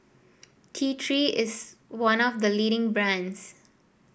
T Three is one of the leading brands